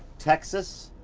texas